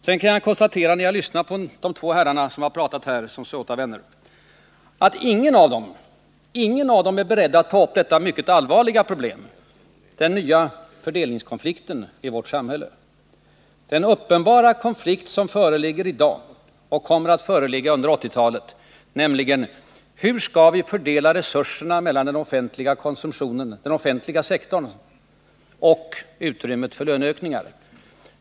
Sedan kan jag konstatera, när jag har lyssnat på de två herrarna som har talat här som såta vänner, att ingen av dem är beredd att ta upp det mycket allvarliga problem som den nya fördelningskonflikten i vårt samhälle utgör, den uppenbara konflikt som föreligger i dag och kommer att förstärkas under 1980-talet. Hur skall vi fördela resurserna mellan den offentliga sektorn och utrymmet för löneökningar?